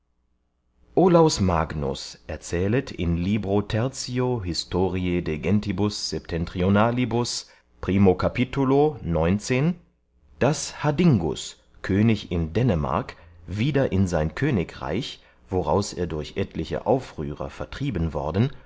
magnus erzählet in li rother historie genuss primo capito daß hadingus könig in dennemark wieder in sein könig reich woraus er durch etliche aufrührer vertrieben worden